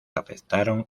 afectaron